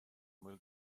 bhfuil